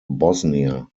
bosnia